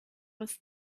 was